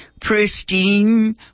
pristine